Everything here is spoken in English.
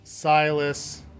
Silas